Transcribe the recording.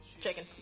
Shaking